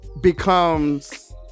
becomes